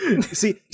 See